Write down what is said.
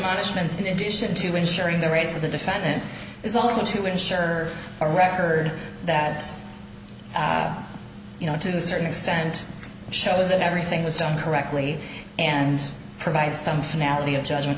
management in addition to ensuring the race of the defendant is also to ensure or a record that you know to a certain extent shows that everything was done correctly and provide some finale of judgment